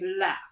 laugh